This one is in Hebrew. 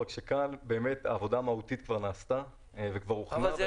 רק שכאן באמת העבודה המהותית כבר נעשתה וכבר הוכנה.